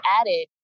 added